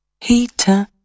heater